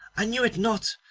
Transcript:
i knew it not,